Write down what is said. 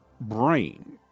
brain